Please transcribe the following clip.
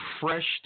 fresh